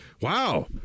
Wow